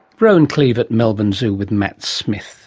rohan cleave at melbourne zoo, with matt smith